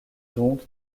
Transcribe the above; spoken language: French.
donc